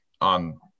on –